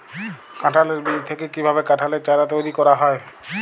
কাঁঠালের বীজ থেকে কীভাবে কাঁঠালের চারা তৈরি করা হয়?